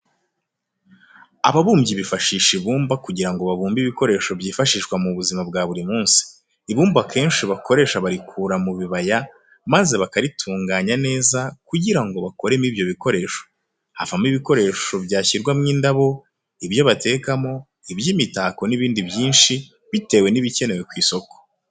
Ababumbyi bifashisha ibumba kugira ngo babumbe ibikoresho byifashishwa mu buzima bwa buri munsi. Ibumba akenshi bakoresha barikura mu bibaya maze bakaritunganya neza kugira ngo bakoremo ibyo bikoresho. Havamo ibikoresho bashyiramo indabo, ibyo batekamo, iby'imitako n'ibindi byinshi, bitewe n'ibikenewe ku isoko.